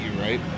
right